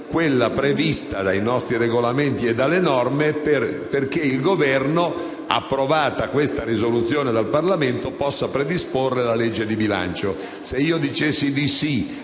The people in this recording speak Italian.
quella prevista dai nostri regolamenti e dalle norme, perché il Governo, approvata questa risoluzione dal Parlamento, possa predisporre la legge di bilancio.